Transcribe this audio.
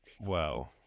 Wow